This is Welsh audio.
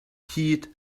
hud